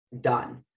done